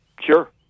Sure